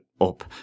up